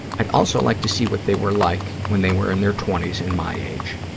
i'd also like to see what they were like when they were in their twenty s and my age,